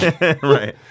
Right